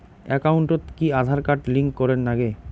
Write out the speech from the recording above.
একাউন্টত কি Aadhaar card link করের নাগে?